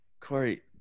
Corey